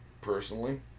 personally